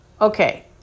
Okay